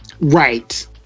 Right